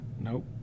Nope